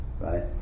right